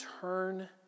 turn